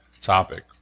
topic